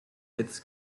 its